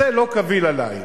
זה לא קביל עלי.